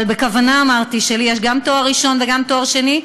אבל בכוונה אמרתי שלי יש גם תואר ראשון וגם תואר שני,